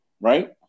right